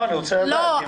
אני רוצה לדעת.